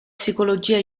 psicologia